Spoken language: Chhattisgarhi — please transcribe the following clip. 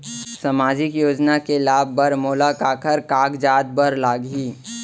सामाजिक योजना के लाभ बर मोला काखर कागजात बर लागही?